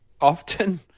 often